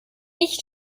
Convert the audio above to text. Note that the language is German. ich